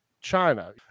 China